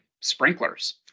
sprinklers